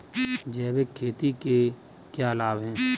जैविक खेती के क्या लाभ हैं?